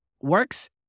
works